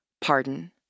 pardon